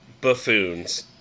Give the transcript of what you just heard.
buffoons